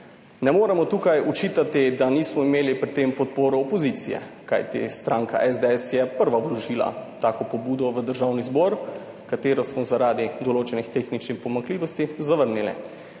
Ne moremo tukaj očitati, da nismo imeli pri tem podpore opozicije, kajti stranka SDS je prva vložila tako pobudo v Državni zbor, katero smo, zaradi določenih tehničnih pomanjkljivosti zavrnili.